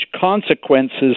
consequences